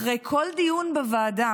אחרי כל דיון בוועדה